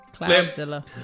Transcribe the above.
Cloudzilla